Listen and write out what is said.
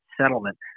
settlement